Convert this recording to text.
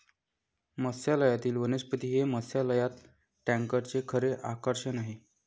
मत्स्यालयातील वनस्पती हे मत्स्यालय टँकचे खरे आकर्षण आहे